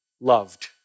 loved